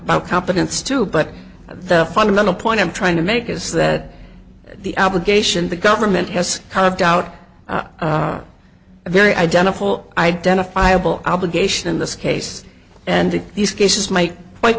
about competence too but the fundamental point i'm trying to make is that the allegation the government has carved out a very identifiable identifiable obligation in this case and in these cases might quite